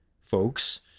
folks